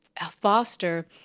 foster